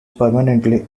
permanently